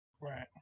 Right